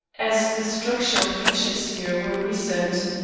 as the structural features here were recent.